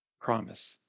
Promise